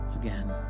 again